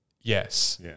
Yes